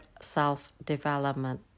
self-development